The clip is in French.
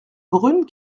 brune